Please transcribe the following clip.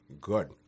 Good